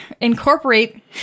incorporate